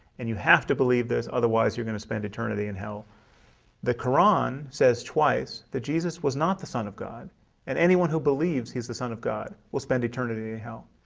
and you have to believe this otherwise you're gonna spend eternity in hell the quran says twice that jesus was not the son of god and anyone who believes he's the son of god will spend eternity hell,